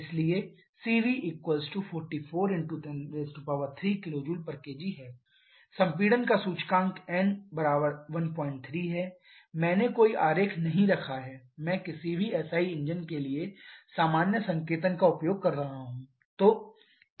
इसलिए CV 44 × 103 kJkg संपीड़न का सूचकांक n 13 मैंने कोई आरेख नहीं रखा है मैं किसी भी एसआई इंजन के लिए सामान्य संकेतन का उपयोग कर रहा हूं